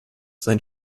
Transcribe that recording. sein